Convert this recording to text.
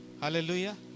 Hallelujah